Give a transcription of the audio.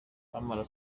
bamara